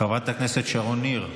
חברת הכנסת שרון ניר,